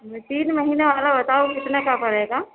تین مہینے والا بتاؤ کتنے کا پڑے گا